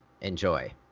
enjoy